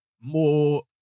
more